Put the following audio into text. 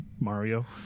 Mario